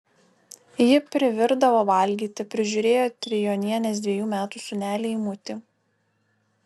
ji privirdavo valgyti prižiūrėjo trijonienės dvejų metų sūnelį eimutį